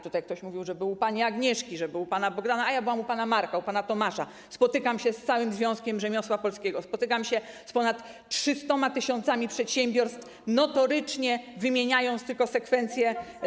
Tutaj ktoś mówił, że był u pani Agnieszki, u pana Bogdana, a ja byłam u pana Marka, u pana Tomasza, spotykam się z całym Związkiem Rzemiosła Polskiego, spotykam się z ponad 300 tys. przedsiębiorstw, notorycznie wymieniając tylko sekwencje.